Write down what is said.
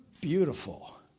beautiful